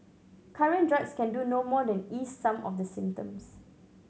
current drugs can do no more than ease some of the symptoms